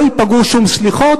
לא ייפגעו שום סליחות,